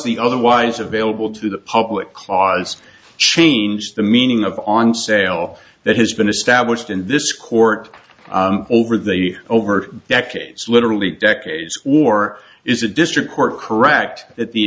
the otherwise available to the public clause change the meaning of on sale that has been established in this court over the over decades literally decades war is a district court correct that the